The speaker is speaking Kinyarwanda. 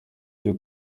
cyo